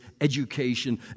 education